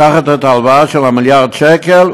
לקחת הלוואה של מיליארד שקל,